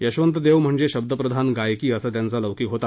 यशवंत देव म्हणजे शब्दप्रधान गायकी असा त्यांचा लौकीक होता